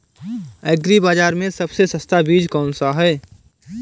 Agree बाज़ार में सबसे सस्ता बीज कौनसा है?